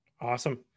Awesome